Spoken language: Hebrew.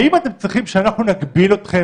האם אתם צריכים שאנחנו נגביל אתכם